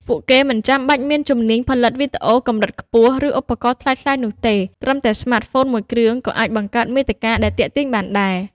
ពួកគេមិនចាំបាច់មានជំនាញផលិតវីដេអូកម្រិតខ្ពស់ ឬឧបករណ៍ថ្លៃៗនោះទេ ត្រឹមតែស្មាតហ្វូនមួយគ្រឿងក៏អាចបង្កើតមាតិកាដែលទាក់ទាញបានដែរ។